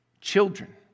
children